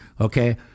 Okay